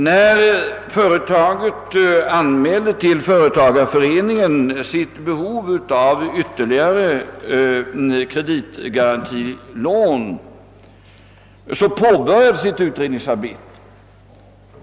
När företaget till företagarföreningen anmälde sitt behov av ytterligare kreditgarantilån påbörjades ett utredningsarbete.